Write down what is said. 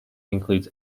includes